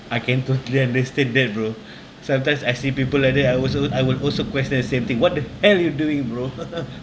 I can totally understand that bro sometimes I see people like that I'll also I will also question the same thing what the hell you doing bro